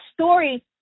story